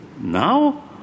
Now